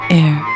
air